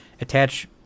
attach